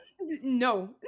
No